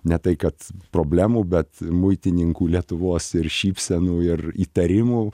ne tai kad problemų bet muitininkų lietuvos ir šypsenų ir įtarimų